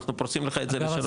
אנחנו פורסים את זה לשלוש שנים.